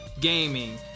gaming